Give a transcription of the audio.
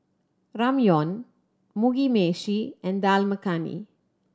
Ramyeon Mugi Meshi and Dal Makhani